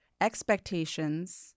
expectations